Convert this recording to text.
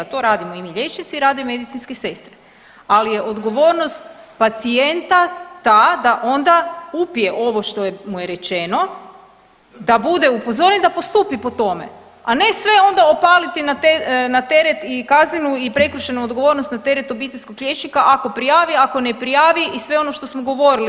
To radimo i mi liječnici i rade medicinske sestre, ali je odgovornost pacijenta ta da onda upije ovo što mu je rečeno, da bude upozoren, da postupi po tome, a ne sve onda opaliti na teret i kaznenu i prekršajnu odgovornost na teret obiteljskog liječnika ako prijavi, ako ne prijavi i sve ono što smo govorili.